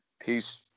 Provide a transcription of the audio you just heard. Peace